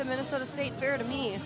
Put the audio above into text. the minnesota state fair to me